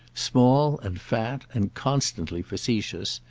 small and fat and constantly facetious,